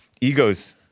egos